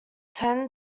ten